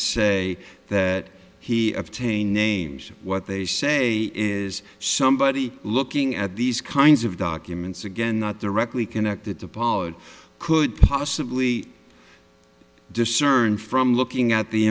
say that he obtained names what they say is somebody looking at these kinds of documents again not directly connected to pollard could possibly discern from looking at the